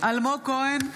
אלמוג כהן,